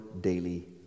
daily